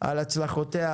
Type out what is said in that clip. על הצלחותיה,